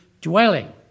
dwelling